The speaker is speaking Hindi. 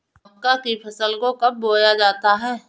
मक्का की फसल को कब बोया जाता है?